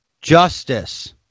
justice